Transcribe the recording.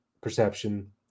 perception